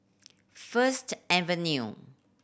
First Avenue